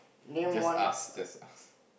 just ask just ask